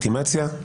דה-לגיטימציה,